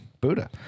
Buddha